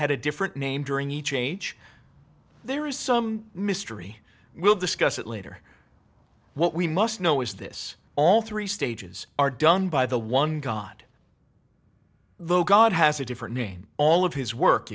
had a different name during the change there is some mystery we'll discuss it later what we must know is this all three stages are done by the one god the god has a different name all of his work